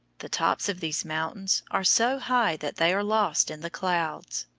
the tops of these mountains are so high that they are lost in the clouds.